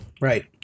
Right